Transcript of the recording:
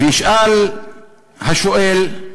וישאל השואל: